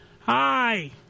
Hi